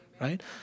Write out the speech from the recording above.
right